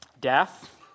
death